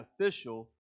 official